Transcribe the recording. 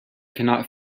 cannot